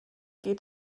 geht